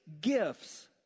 gifts